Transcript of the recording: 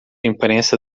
imprensa